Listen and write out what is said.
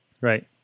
Right